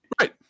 Right